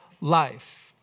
life